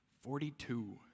Forty-two